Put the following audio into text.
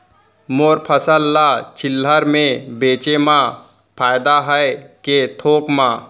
मोर फसल ल चिल्हर में बेचे म फायदा है के थोक म?